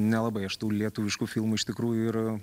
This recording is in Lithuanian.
nelabai aš tų lietuviškų filmų iš tikrųjų ir